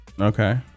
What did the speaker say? okay